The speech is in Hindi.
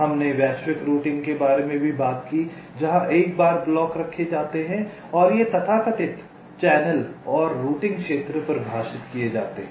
हमने वैश्विक रूटिंग के बारे में भी बात की जहां एक बार ब्लॉक रखे जाते हैं और ये तथाकथित चैनल और रूटिंग क्षेत्र परिभाषित किए जाते हैं